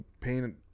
pain